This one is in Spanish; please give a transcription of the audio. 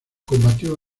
combatió